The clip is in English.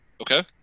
Okay